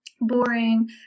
boring